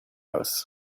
house